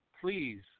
Please